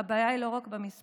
הבעיה היא לא רק במספרים,